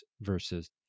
versus